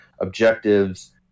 objectives